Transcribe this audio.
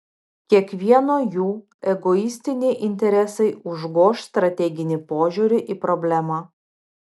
kiekvieno jų egoistiniai interesai užgoš strateginį požiūrį į problemą